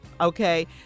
okay